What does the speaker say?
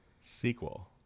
sequel